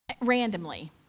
randomly